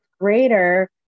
greater